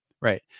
right